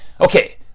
okay